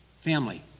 Family